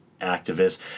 activists